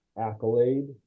accolade